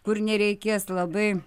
kur nereikės labai